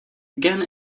again